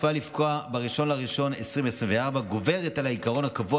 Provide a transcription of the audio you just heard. שצפויה לפקוע ב-1 בינואר 2024 גוברת על העיקרון הקבוע